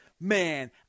man